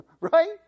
Right